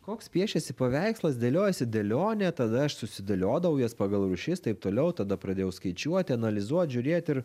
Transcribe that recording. koks piešiasi paveikslas dėliojasi dėlionė tada aš susidėliodavau jas pagal rūšis taip toliau tada pradėjau skaičiuoti analizuot žiūrėt ir